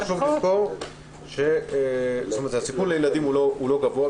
צריך לזכור שהסיכון לילדים לא גבוה,